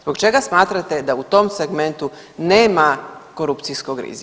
Zbog čega smatrate da u tom segmentu nema korupcijskog rizika?